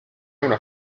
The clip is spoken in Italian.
una